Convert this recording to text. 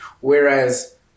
Whereas